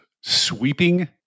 sweeping